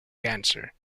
cancer